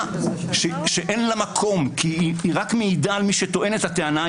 אין לה מקום כי היא רק מעידה על טוען הטענה.